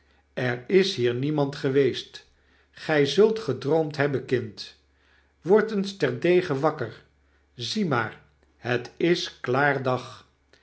er is hier niemand geweest glj zult gedroomd hebben kind wordt eens terdege wakker zie maar het is klaar dag